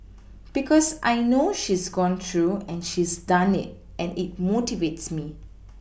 because I know she's gone through and she's done it and it motivates me